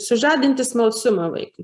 sužadinti smalsumą vaikui